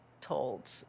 told